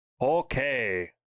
Okay